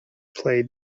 played